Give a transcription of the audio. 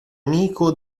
amico